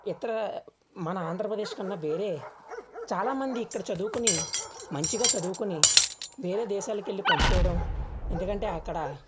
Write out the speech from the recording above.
ఇతర మన ఆంధ్రప్రదేశ్ కన్నా వేరే చాలా మంది ఇక్కడ చదువుకొని మంచిగా చదువుకొని వేరే దేశాలకు వెళ్ళి పని చేయడం ఎందుకంటే అక్కడ